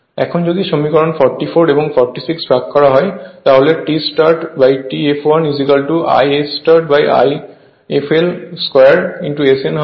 এখন যদি সমীকরণ 44 এবং 46 ভাগ করা হয় তাহলে T start T fl I start Ifl 2 Sfl হবে